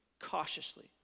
Cautiously